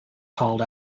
called